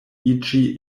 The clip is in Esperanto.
iĝi